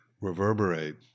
reverberate